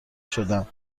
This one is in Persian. شدم